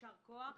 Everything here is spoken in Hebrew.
יישר כוח.